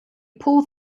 pull